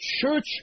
church